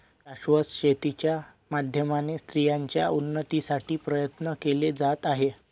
शाश्वत शेती च्या माध्यमाने स्त्रियांच्या उन्नतीसाठी प्रयत्न केले जात आहे